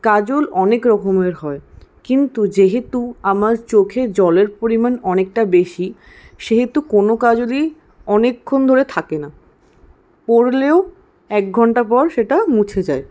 কাজল অনেক রকমের হয় কিন্তু যেহেতু আমার চোখে জলের পরিমাণ অনেকটা বেশী সেহেতু কোনো কাজলই অনেকক্ষণ ধরে থাকে না পরলেও এক ঘণ্টা পর সেটা মুছে যায়